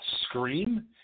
scream